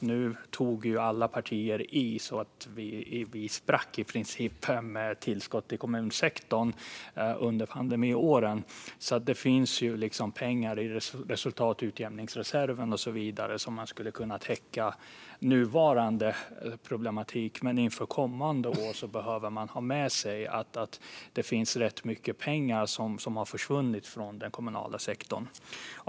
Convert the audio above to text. Under pandemiåren tog alla partier i så de nästan sprack med tillskott till kommunsektorn, så det finns pengar i exempelvis resultatutjämningsreserven som man skulle kunna använda för att täcka nuvarande problematik. Inför kommande år behöver man dock ha med sig att det är rätt mycket pengar som har försvunnit från den kommunala sektorn.